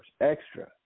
extra